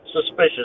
suspicious